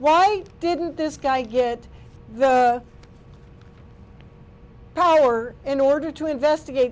why didn't this guy get the call or in order to investigate